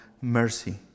mercy